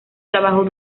trabajó